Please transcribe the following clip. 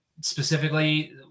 specifically